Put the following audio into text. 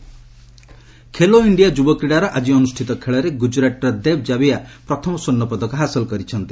Khelo India Khelo India ଯୁବ କ୍ରୀଡ଼ାର ଆଜି ଅନୁଷ୍ଠିତ ଖେଳରେ ଗୁଜରାଟର ଦେବ୍ ଜାଭିଆ ପ୍ରଥମ ସ୍ୱର୍ଷ୍ଣ ପଦକ ହାସଲ କରିଛନ୍ତି